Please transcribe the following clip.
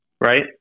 right